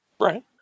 Right